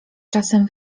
czasem